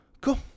cool